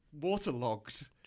waterlogged